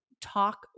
talk